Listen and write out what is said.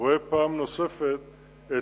רואה פעם נוספת את